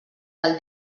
del